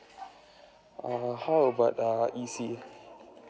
err how about uh E_C